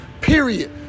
Period